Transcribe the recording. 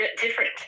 different